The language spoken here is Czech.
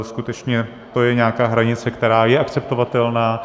Skutečně to je nějaká hranice, která je akceptovatelná.